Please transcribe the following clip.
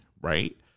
Right